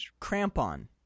crampon